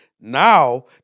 now